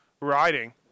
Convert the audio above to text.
riding